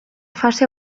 fase